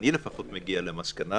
אני מגיע למסקנה